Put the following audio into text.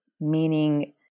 meaning